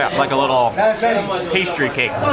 like a little pastry cake.